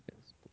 Yes